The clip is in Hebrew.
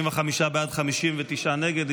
45 בעד, 59 נגד.